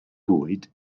bwyd